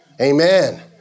Amen